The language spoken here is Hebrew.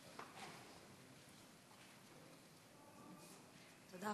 תודה